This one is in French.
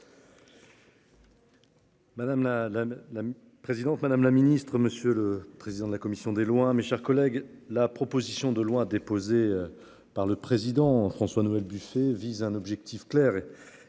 la la la présidente madame la Ministre, monsieur le président de la commission des lois, mes chers collègues, la proposition de loi déposée par le président François Noël Buffet vise un objectif clair